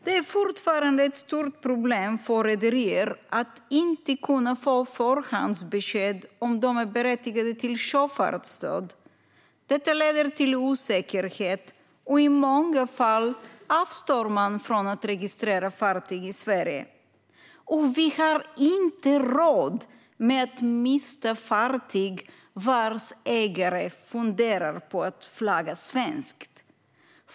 Det är fortfarande ett stort problem för rederier att inte kunna få förhandsbesked om huruvida de är berättigade till sjöfartsstöd. Detta leder till osäkerhet, och i många fall avstår man från att registrera fartyg i Sverige. Vi har inte råd att mista fartyg vars ägare funderar på att flagga svenskt.